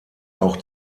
auch